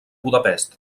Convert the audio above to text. budapest